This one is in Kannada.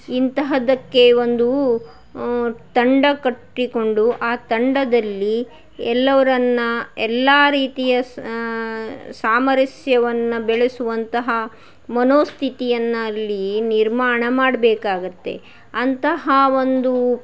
ಇಂತಹದ್ದಕ್ಕೆ ಒಂದು ತಂಡ ಕಟ್ಟಿಕೊಂಡು ಆ ತಂಡದಲ್ಲಿ ಎಲ್ಲರನ್ನ ಎಲ್ಲ ರೀತಿಯ ಸಾಮರಸ್ಯವನ್ನು ಬೆಳೆಸುವಂತಹ ಮನೋಸ್ಥಿತಿಯನ್ನು ಅಲ್ಲಿ ನಿರ್ಮಾಣ ಮಾಡಬೇಕಾಗತ್ತೆ ಅಂತಹ ಒಂದು